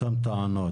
אותן טענות.